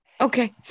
Okay